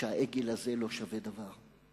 שהעגל הזה לא שווה דבר.